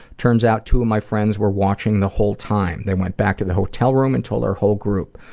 turns out two of my friends were watching the whole time. they went back to the hotel room and told our whole group.